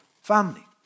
family